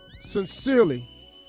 sincerely